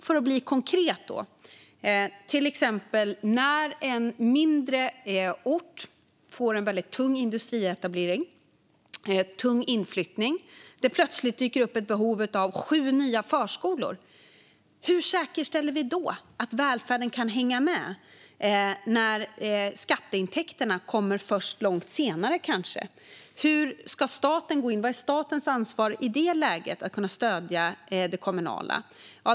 För att ta ett konkret exempel kan det när en mindre ort får en väldigt tung industrietablering och tung inflyttning plötsligt dyka upp ett behov av sju nya förskolor. Hur säkerställer vi då att välfärden kan hänga med, när skatteintäkterna kanske kommer först långt senare? Hur ska staten gå in? Vad är statens ansvar i det läget att stödja det kommunala?